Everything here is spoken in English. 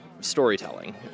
storytelling